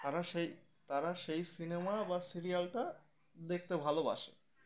তারা সেই তারা সেই সিনেমা বা সিরিয়ালটা দেখতে ভালোবাসে